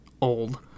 old